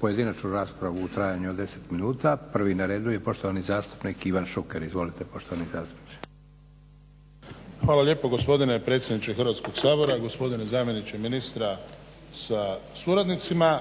pojedinačnu raspravu u trajanju od 10 minuta. Prvi na redu je poštovani zastupnik Ivan Šuker. Izvolite poštovani zastupniče. **Šuker, Ivan (HDZ)** Hvala lijepo gospodine predsjedniče Hrvatskog sabora, gospodine zamjeniče ministra sa suradnicima.